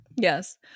Yes